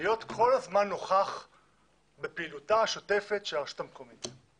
להיות כל הזמן נוכח בפעילותה השוטפת של הרשות המקומית?